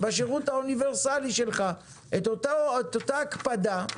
אותה הקפדה,